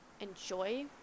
enjoy